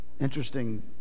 Interesting